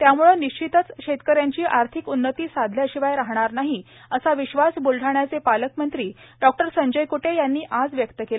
त्याम्ळे निश्चितच शेतकऱ्यांची आर्थिक उन्नती साधल्याशिवाय राहणार नाही असा विश्वास ब्लढाण्याचे पालकमंत्री डॉ संजय क्टे यांनी आज व्यक्त केला